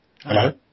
Hello